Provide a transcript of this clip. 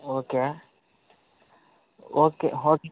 okay okay okay